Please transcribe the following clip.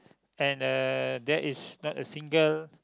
and uh there is not a single